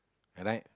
right